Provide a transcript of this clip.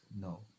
no